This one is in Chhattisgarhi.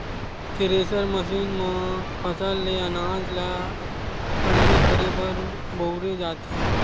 थेरेसर मसीन म फसल ले अनाज ल अलगे करे बर बउरे जाथे